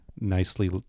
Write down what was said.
nicely